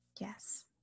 Yes